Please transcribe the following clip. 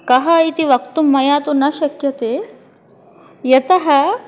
कः इति वक्तुं मया तु न शक्यते यतः